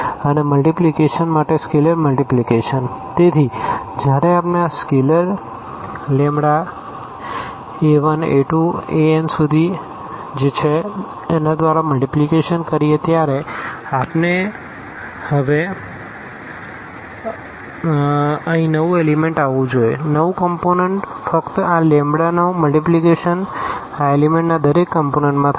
અને મલ્ટીપ્લીકેશન માટે સ્કેલર મલ્ટીપ્લીકેશનતેથી જ્યારે આપણે આ સ્કેલર a1a2anદ્વારા મલ્ટીપ્લીકેશન કરીએ ત્યારે આપણે હવે અહીં નવું એલીમેન્ટ આવવું જોઈએ નવું કમપોનન્ટ ફક્ત આ લેમ્બડાનો મલ્ટીપ્લીકેશન આ એલીમેન્ટ ના દરેક કમપોનન્ટ માં થશે